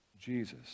Jesus